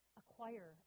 acquire